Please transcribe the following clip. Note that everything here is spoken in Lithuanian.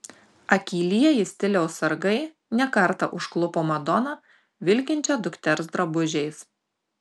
akylieji stiliaus sargai ne kartą užklupo madoną vilkinčią dukters drabužiais